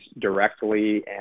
directly